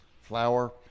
flour